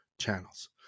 channels